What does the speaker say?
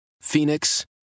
Phoenix